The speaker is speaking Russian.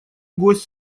гость